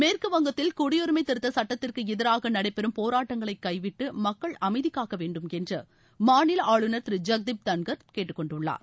மேற்குவங்கத்தில் குடியுரிமை திருத்த சட்டத்திற்கு எதிராக நடைபெறும் போராட்டங்களை கைவிட்டு மக்கள் அமைதிகாக்க வேண்டும் என்று மாநில ஆளுநர் திரு ஜகதீப் தன்கர் கேட்டுக்கொண்டுள்ளார்